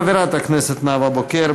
חברת הכנסת נאוה בוקר,